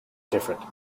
different